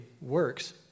works